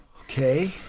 Okay